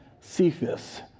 Cephas